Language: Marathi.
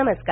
नमस्कार